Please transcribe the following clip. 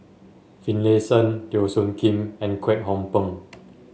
Finlayson Teo Soon Kim and Kwek Hong Png